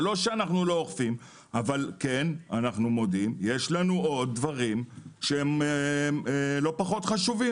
זה לא שאנו לא אוכפים אבל יש לנו עוד דברים שהם לא פחות חשובים.